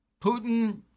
Putin